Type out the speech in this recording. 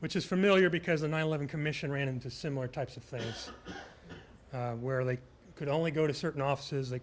which is familiar because the nine eleven commission ran into similar types of things where they could only go to certain offices they